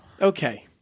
Okay